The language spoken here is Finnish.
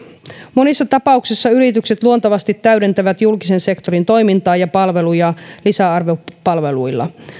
monissa tapauksissa yritykset luontevasti täydentävät julkisen sektorin toimintaa ja palveluja lisäarvopalveluilla